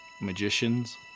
magicians